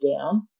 down